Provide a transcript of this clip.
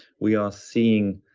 we are seeing